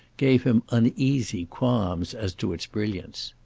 gave him uneasy qualms as to its brilliance.